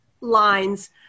lines